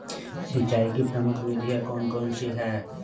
सिंचाई की प्रमुख विधियां कौन कौन सी है?